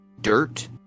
dirt